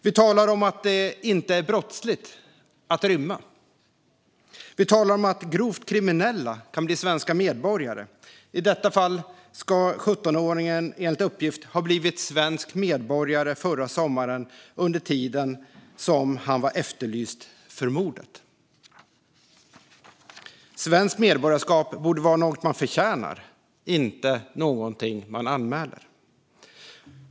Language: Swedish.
Vi talar om att det inte är brottsligt att rymma. Vi talar om att grovt kriminella kan bli svenska medborgare. I detta fall ska 17-åringen enligt uppgift ha blivit svensk medborgare förra sommaren, under tiden som han var efterlyst för mordet. Svenskt medborgarskap borde vara något man förtjänar, inte något man anmäler.